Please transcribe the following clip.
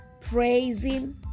praising